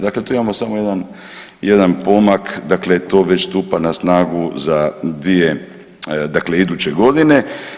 Dakle, tu imamo samo jedan pomak, dakle to već stupa na snagu za 2, dakle iduće godine.